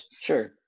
sure